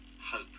hope